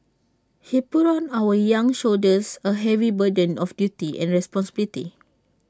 he put on our young shoulders A heavy burden of duty and responsibility